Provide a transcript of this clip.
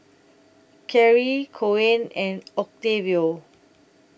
Carry Coen and Octavio